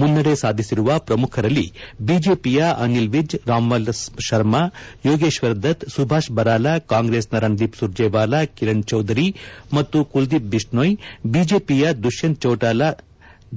ಮುನ್ತದೆ ಸಾಧಿಸಿರುವ ಪ್ರಮುಖರಲ್ಲಿ ಬಿಜೆಪಿಯ ಅನಿಲ್ ವಿಜ್ ರಾಮ್ವಿಲಾಸ್ ಶರ್ಮ ಯೋಗೇಶ್ವರ್ ದತ್ ಸುಭಾಷ್ ಬರಾಲಾ ಕಾಂಗ್ರೆಸ್ನ ರಣದೀಪ್ ಸುರ್ಜೇವಾಲಾ ಕಿರಣ್ ಚೌಧರಿ ಮತ್ತು ಕುಲ್ದೀಪ್ ಬಿಷ್ಲೋಯ್